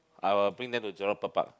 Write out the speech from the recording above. I'll bring them to Jurong-Bird-Park